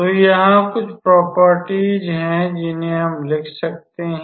तो यहाँ कुछ प्रॉपर्टीज हैं जिन्हें हम लिख सकते हैं